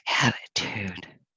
attitude